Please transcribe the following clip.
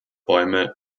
bäume